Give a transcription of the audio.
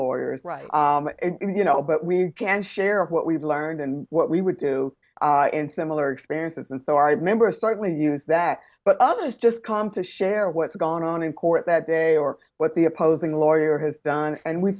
lawyers right you know but we can share what we've learned and what we would do in similar experiences and so i remember start with use that but others just come to share what's gone on in court that day or what the opposing lawyer has done and we